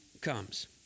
comes